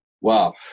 Wow